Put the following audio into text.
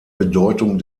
bedeutung